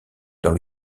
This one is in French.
dans